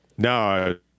No